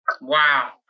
Wow